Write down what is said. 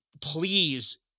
please